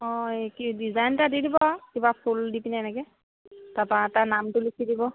অঁ এই কি ডিজাইন এটা দি দিব আৰু কিবা ফুল দি পিনে এনেকৈ তাৰপৰা তাৰ নামটো লিখি দিব